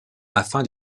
afin